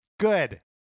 Good